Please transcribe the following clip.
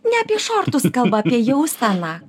ne apie šortus kalba apie jauseną